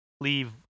leave